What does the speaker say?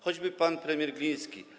Choćby pan premier Gliński.